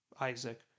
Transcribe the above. Isaac